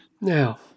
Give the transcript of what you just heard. Now